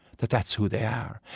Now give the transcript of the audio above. that that's who they are.